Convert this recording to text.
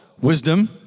wisdom